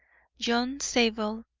john zabel,